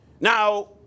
Now